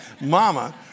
Mama